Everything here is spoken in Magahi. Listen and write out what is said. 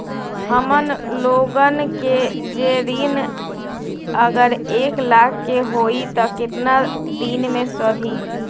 हमन लोगन के जे ऋन अगर एक लाख के होई त केतना दिन मे सधी?